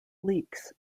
leaks